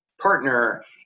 partner